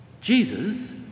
Jesus